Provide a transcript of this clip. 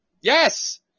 Yes